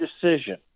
decision